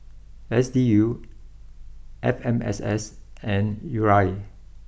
S D U F M S S and U R A